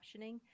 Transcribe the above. captioning